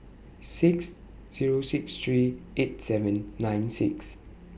six Zero six three eight seven nine six